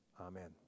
amen